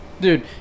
Dude